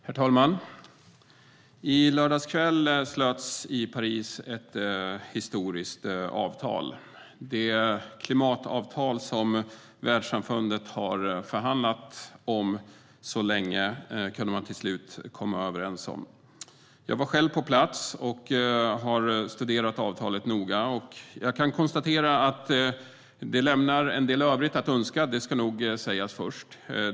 Herr talman! I lördags kväll slöts i Paris ett historiskt avtal. Det klimatavtal som världssamfundet har förhandlat om så länge kunde man till slut komma överens om. Jag var själv på plats, och jag har studerat avtalet noga. Det lämnar en del övrigt att önska, det ska nog sägas först.